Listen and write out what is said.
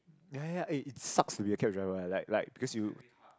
ya ya ya eh it sucks to be a cab driver eh like like because you